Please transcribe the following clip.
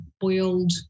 boiled